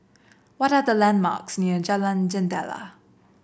what are the landmarks near Jalan Jendela